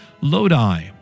Lodi